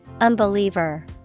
Unbeliever